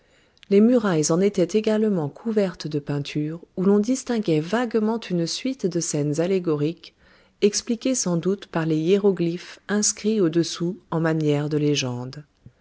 les murailles en étaient également couvertes de peintures où l'on distinguait vaguement une suite de scènes allégoriques expliquées sans doute par les hiéroglyphes inscrits au-dessous en manière de légende